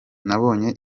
nabonye